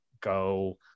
go